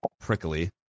prickly